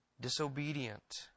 disobedient